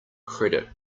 credit